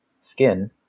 skin